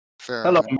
Hello